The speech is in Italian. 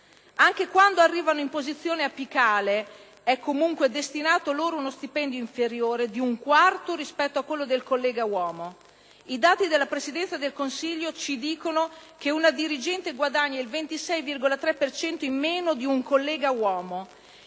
anche quando arrivano in posizione apicale è comunque destinato loro uno stipendio inferiore di un quarto rispetto a quello del collega uomo. I dati della Presidenza del Consiglio ci dicono che una dirigente guadagna il 26,3 per cento in meno di un collega uomo